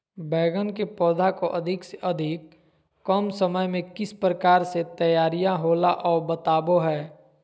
बैगन के पौधा को अधिक से अधिक कम समय में किस प्रकार से तैयारियां होला औ बताबो है?